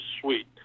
suite